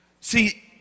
See